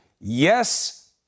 Yes